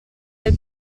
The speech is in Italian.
del